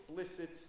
explicit